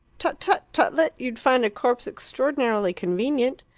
tut tut, tutlet! you'd find a corpse extraordinarily inconvenient.